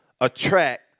attract